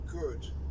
good